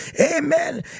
amen